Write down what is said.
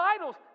idols